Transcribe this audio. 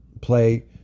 play